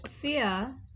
Fear